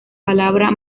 palabra